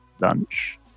lunch